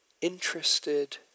interested